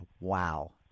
Wow